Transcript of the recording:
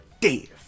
Dave